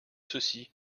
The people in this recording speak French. ceci